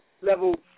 level